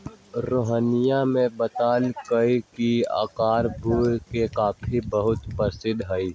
रोहिनीया ने बतल कई की ओकरा ब्रू के कॉफी बहुत पसंद हई